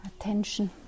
attention